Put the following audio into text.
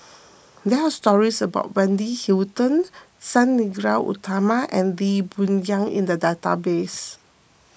there are stories about Wendy Hutton Sang Nila Utama and Lee Boon Yang in the database